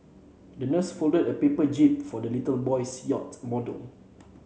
the nurse folded a paper jib for the little boy's yacht model